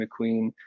mcqueen